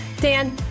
Dan